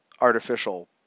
artificial